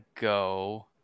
go